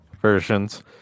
Versions